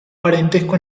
parentesco